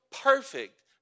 perfect